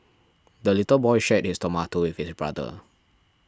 the little boy shared his tomato with his brother